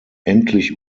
endlich